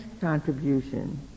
contribution